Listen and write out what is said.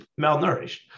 malnourished